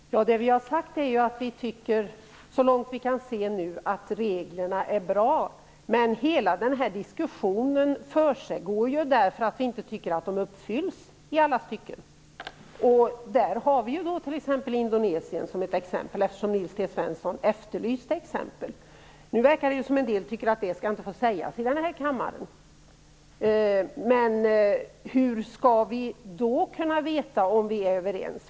Herr talman! Det vi har sagt är att vi så långt vi kan se nu tycker att reglerna är bra. Men hela den här diskussionen försiggår ju därför att vi inte tycker att reglerna följs i alla stycken. Nils T Svensson efterlyste exempel, och Indonesien är ett. Det verkar som om en del tycker att detta inte skall få sägas i kammaren, men hur skall vi annars kunna veta om vi är överens?